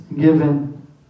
given